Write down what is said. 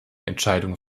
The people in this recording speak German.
entscheidung